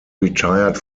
retired